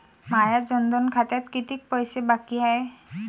माया जनधन खात्यात कितीक पैसे बाकी हाय?